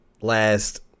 last